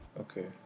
Okay